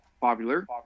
popular